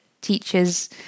teachers